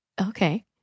Okay